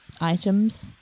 items